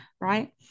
right